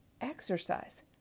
exercise